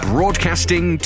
Broadcasting